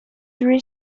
three